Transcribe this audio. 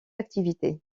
activité